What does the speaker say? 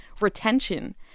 Retention